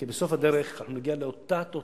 כי בסוף הדרך אנחנו נגיע לאותה תוצאה.